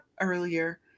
earlier